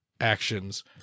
actions